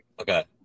okay